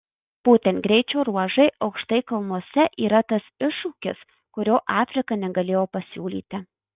būtent greičio ruožai aukštai kalnuose yra tas iššūkis kurio afrika negalėjo pasiūlyti